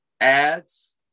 ads